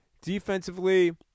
Defensively